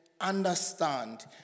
understand